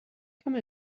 come